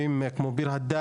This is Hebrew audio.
---,